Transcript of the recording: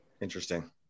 Interesting